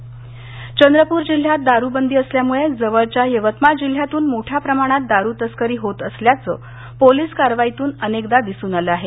दारू चंद्रपर चंद्रपूर जिल्ह्यात दारूबंदी असल्यामुळे जवळच्या यवतमाळ जिल्ह्यातून मोठ्या प्रमाणात दारुतस्करी होत असल्याचं पोलीस कारवाईतुन अनेकदा दिसून आलं आहेत